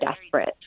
desperate